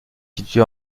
situé